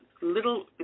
little